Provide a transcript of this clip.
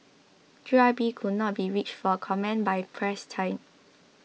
G Y P could not be reached for comment by press time